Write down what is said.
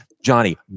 Johnny